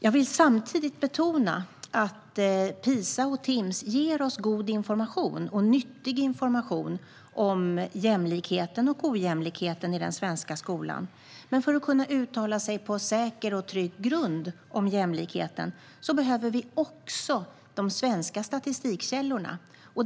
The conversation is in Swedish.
Jag vill betona att PISA och Timss ger oss god och nyttig information om jämlikheten och ojämlikheten i den svenska skolan. Men för att på säker och trygg grund kunna uttala sig om jämlikheten behöver vi också de svenska statistikkällorna.